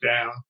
down